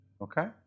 okay